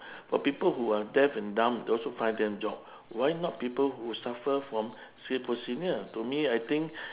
for people who are deaf and dumb they also find them job why not people who suffer from schizophrenia to me I think